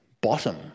bottom